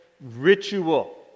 ritual